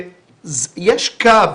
יש קו